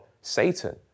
Satan